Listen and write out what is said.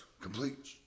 complete